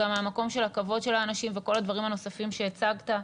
גם מהמקום של הכבוד של האנשים וכל הדברים הנוספים שהצגת,